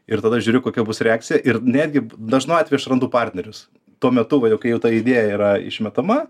ir tada žiūriu kokia bus reakcija ir netgi dažnu atveju surandu partnerius tuo metu kai jau ta idėja yra išmetama